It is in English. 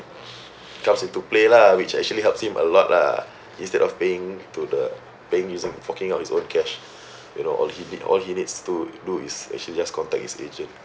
comes into play lah which actually helped him a lot lah instead of paying to the paying using forking out his own cash you know all he did all he needs to do is actually just contact his agent